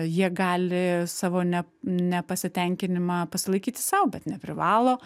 jie gali savo ne nepasitenkinimą pasilaikyti sau bet neprivalo